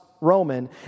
Roman